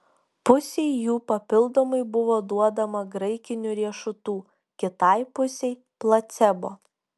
pusei jų papildomai buvo duodama graikinių riešutų kitai pusei placebo